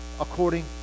according